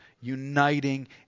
uniting